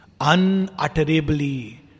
unutterably